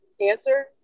answer